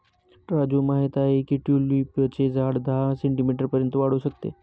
राजू माहित आहे की ट्यूलिपचे झाड दहा सेंटीमीटर पर्यंत वाढू शकते